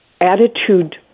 attitude